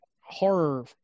horror